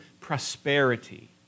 prosperity